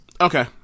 Okay